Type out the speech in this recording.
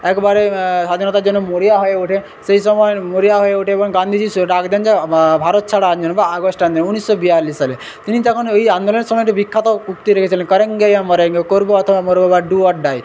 একবারে স্বাধীনতার জন্য মরিয়া হয়ে ওঠে সেই সময়ের মরিয়া হয়ে ওঠে এবং গান্ধীজি ডাক দেন যে ভারত ছাড়ো আন্দোলন বা আগস্ট আন্দোলন ঊনিশশো বিয়াল্লিশ সালে তিনি তখন ওই আন্দোলনের সময় যে বিখ্যাত উক্তি দিয়েছিলেন করেঙ্গে ইয়া মরেঙ্গে করবো অথবা মরবো বা ডু অর ডাই